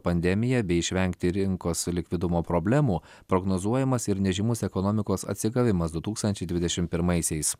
pandemija bei išvengti rinkos likvidumo problemų prognozuojamas ir nežymus ekonomikos atsigavimas du tūkstančiai dvidešimt pirmaisiais